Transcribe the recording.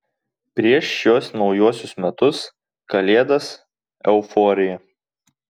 prieš šiuos naujuosius metus kalėdas euforija